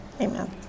amen